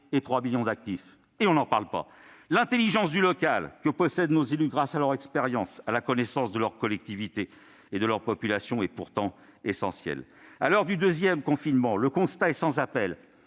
et 3 millions d'actifs. Pourtant, on n'en parle pas ! L'intelligence du local, que possèdent nos élus grâce à leur expérience et la connaissance de leur collectivité et de leur population, est essentielle. À l'heure du deuxième confinement, le constat est sans appel